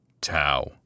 Tau